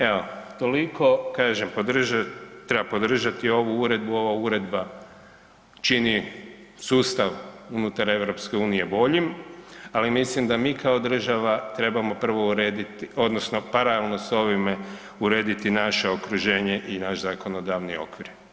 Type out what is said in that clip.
Evo toliko, kažem, treba podržati ovu uredbu, ova uredba čini sustav unutar EU-a boljim ali mislim da mi kao država trebamo prvo urediti odnosno paralelno s ovime urediti naše okruženje i naš zakonodavni okvir.